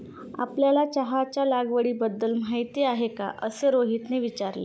आपल्याला चहाच्या लागवडीबद्दल माहीती आहे का असे रोहितने विचारले?